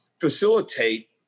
facilitate